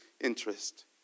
interest